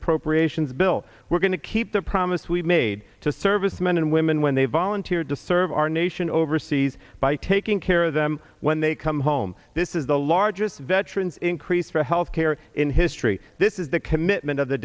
appropriations bill we're going to keep the promise we made to servicemen and women when they volunteered to serve our nation overseas by taking care of them when they come home this is the largest veterans increase for health care in history this is the commitment of the